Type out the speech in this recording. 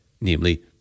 namely